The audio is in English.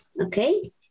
okay